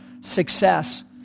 success